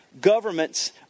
governments